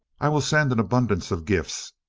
i will send an abundance of gifts,